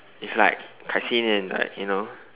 it's like Kai-Xing and like you know